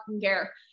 care